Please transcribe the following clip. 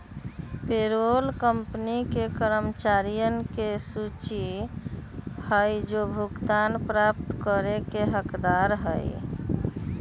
payroll company के कर्मचारियन के सूची हई जो भुगतान प्राप्त करे के हकदार हई